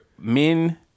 men